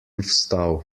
vstal